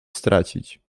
stracić